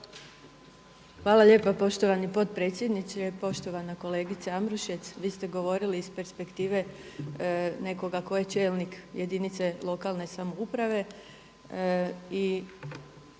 Hvala lijepa poštovani potpredsjedniče. Poštovana kolegice Ambrušec, vi ste govorili iz perspektive nekoga tko je čelnik jedinice lokalne samouprave.